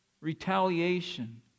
Retaliation